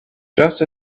just